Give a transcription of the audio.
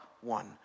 one